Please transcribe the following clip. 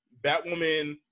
Batwoman